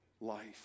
life